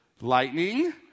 lightning